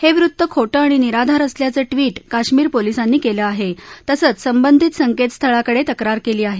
हे वृत्त खोटं आणि निराधार असल्याचं ट्वीट काश्मीर पोलिसांनी केलं आहे तसंच संबंधित संकेतस्थळाकडे तक्रार केली आहे